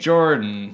Jordan